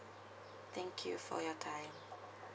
thank you for your time